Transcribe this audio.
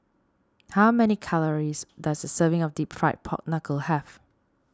how many calories does a serving of Deep Fried Pork Knuckle have